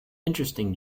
interesting